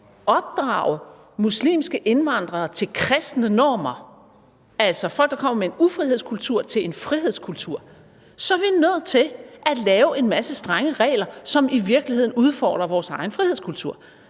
opdrage muslimske indvandrere til kristne normer, altså opdrage folk, der kommer med en ufrihedskultur, til en frihedskultur, er nødt til at lave en masse strenge regler, som i virkeligheden udfordrer vores egen frihedskultur: